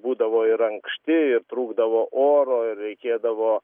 būdavo ir ankšti ir trūkdavo oro reikėdavo